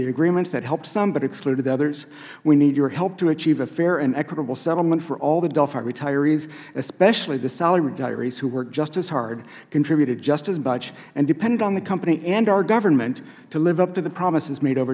the agreements that helped some but excluded others we need your help to achieve a fair and equitable settlement for all the delphi retirees especially the salaried retirees who worked just as hard contributed just as much and depended on the company and our government to live up to the promises made over